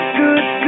good